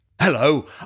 Hello